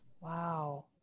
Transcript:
Wow